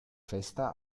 festa